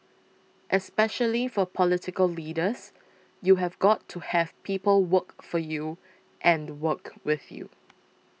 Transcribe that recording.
especially for political leaders you have got to have people work for you and work with you